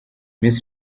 miss